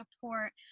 support